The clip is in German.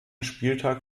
spieltag